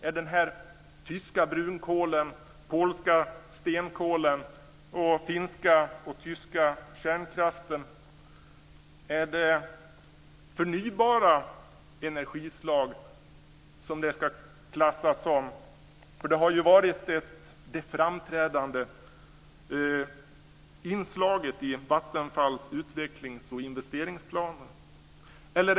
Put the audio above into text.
Ska denna tyska brunkol, polska stenkol och finska och tyska kärnkraft klassas som förnybara energislag? Det har varit det framträdande inslaget i Vattenfalls utvecklings och investeringsplaner.